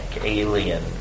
alien